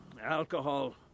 Alcohol